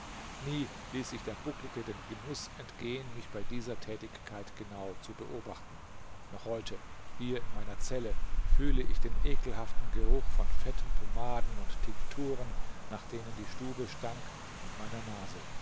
nie ließ sich der bucklige den genuß entgehen mich bei dieser tätigkeit genau zu beobachten noch heute hier in meiner zelle fühle ich den ekelhaften geruch von fetten pomaden und tinkturen nach denen die stube stank in meiner nase